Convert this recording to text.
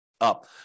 up